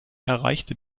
erreichte